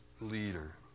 leader